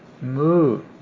move